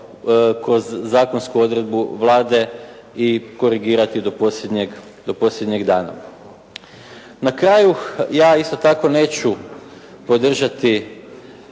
kroz zakonsku odredbu Vlade i korigirati do posljednjeg, do posljednjeg dana. Na kraju ja isto tako neću podržati